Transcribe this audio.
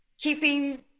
keeping